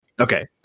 Okay